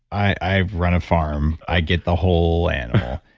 i run a farm. i get the whole animal,